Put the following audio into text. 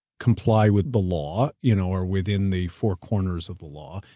comply with the law you know or within the four corners of the law,